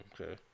Okay